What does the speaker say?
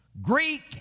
Greek